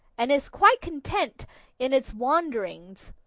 and is quite content in its wanderings,